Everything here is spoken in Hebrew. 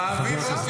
רביבו,